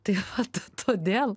tai vat todėl